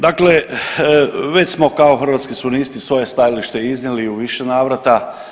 Dakle, već smo kao Hrvatski suverenisti svoje stajalište iznijeli u više navrata.